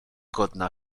godna